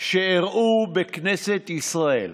שאירעו בכנסת ישראל.